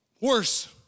worse